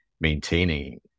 maintaining